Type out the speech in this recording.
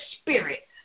spirit